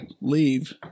leave